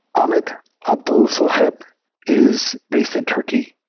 ahmed abdolsaheb is based in turkey.